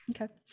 Okay